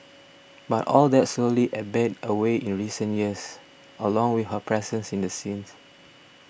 but all that slowly ebbed away in recent years along with her presence in the scene